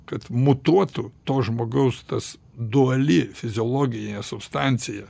kad mutuotų to žmogaus tas duali fiziologija substancija